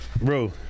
Bro